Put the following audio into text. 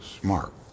smart